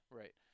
right